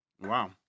Wow